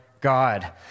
God